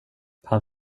han